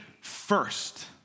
first